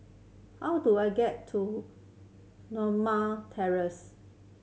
how do I get to Norma Terrace